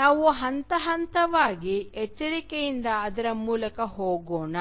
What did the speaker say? ನಾವು ಹಂತ ಹಂತವಾಗಿ ಎಚ್ಚರಿಕೆಯಿಂದ ಅದರ ಮೂಲಕ ಹೋಗೋಣ